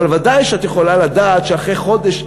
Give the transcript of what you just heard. אבל ודאי שאת יכולה לדעת שאחרי חודש,